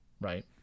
right